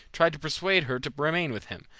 tried to persuade her to remain with him,